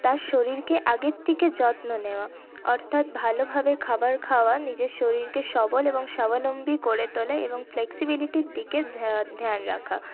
তার শরীরকে আগের থেকে যত্ন নেওয়া অর্থাৎ ভালোভাবে খাবার খাওয়া নিজের শরীরকে সবল এবং স্বাবলম্বী করে তোলে এবং ফ্লেক্সিবিলিটির দিকে ধিয়ান রাখা